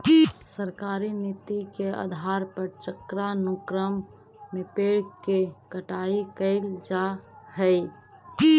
सरकारी नीति के आधार पर चक्रानुक्रम में पेड़ के कटाई कैल जा हई